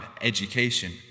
education